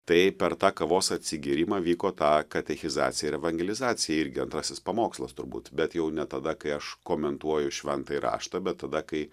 tai per tą kavos atsigėrimą vyko ta katechizacija ir evangelizacija irgi antrasis pamokslas turbūt bet jau ne tada kai aš komentuoju šventąjį raštą bet tada kai